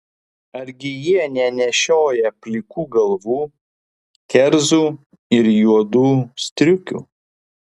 argi jie nenešioja plikų galvų kerzų ir juodų striukių